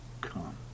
come